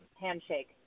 handshake